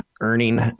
earning